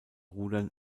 rudern